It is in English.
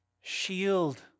shield